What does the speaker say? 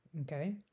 Okay